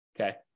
okay